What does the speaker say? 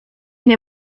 nie